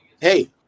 Hey